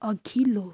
अघिल्लो